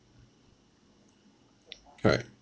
correct